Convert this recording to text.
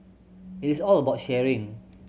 it is all about sharing